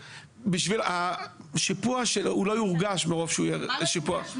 בשביל השיפוע שהוא לא יורגש מרוב שהוא יהיה שיפוע.